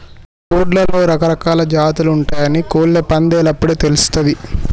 కోడ్లలో రకరకాలా జాతులు ఉంటయాని కోళ్ళ పందేలప్పుడు తెలుస్తది